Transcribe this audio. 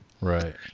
Right